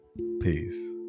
Peace